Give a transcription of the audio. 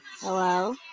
Hello